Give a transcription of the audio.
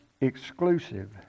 exclusive